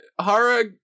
Hara